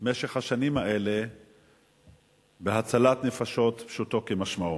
במשך השנים האלה בהצלת נפשות, פשוטו כמשמעו.